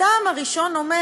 הטעם הראשון הוא: